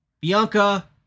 bianca